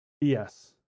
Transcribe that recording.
Yes